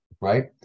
Right